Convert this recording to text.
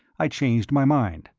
i changed my mind.